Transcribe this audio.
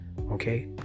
Okay